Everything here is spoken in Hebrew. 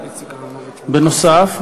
בנוסף,